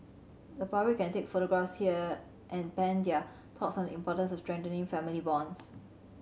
the public can take photographs there and pen their thoughts on the importance of strengthening family bonds